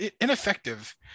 ineffective